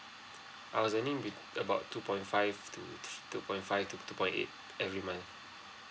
I was earning bet about two point five to two point five to two point eight every month